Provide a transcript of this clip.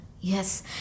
yes